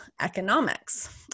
economics